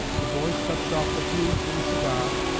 the boys touched off the fuse with a cigar,